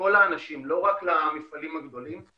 לכל האנשים, לא רק למפעלים הגדולים.